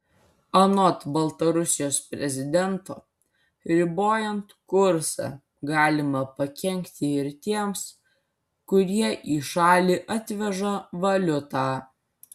anot baltarusijos prezidento ribojant kursą galima pakenkti ir tiems kurie į šalį atveža valiutą